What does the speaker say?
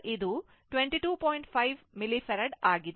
5 millifarad ಆಗಿದೆ